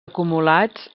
acumulats